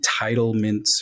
entitlements